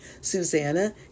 Susanna